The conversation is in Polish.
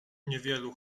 niewielu